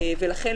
ולכן,